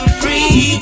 free